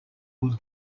will